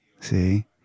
see